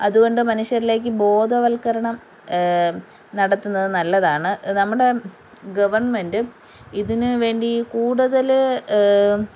അതുകൊണ്ട് മനുഷ്യരിലേക്ക് ബോധവൽക്കരണം നടത്തുന്നത് നല്ലതാണ് നമ്മുടെ ഗവൺമെൻ്റും ഇതിനുവേണ്ടി കൂടുതൽ